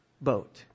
boat